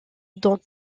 dans